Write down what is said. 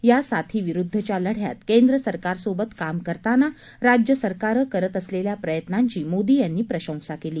या साथीविरुद्धच्या लढ्यात केंद्र सरकारसोबत काम करताना राज्य सरकारं करत असलेल्या प्रयत्नांची मोदी यांनी प्रशंसा केली